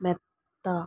അ മെത്ത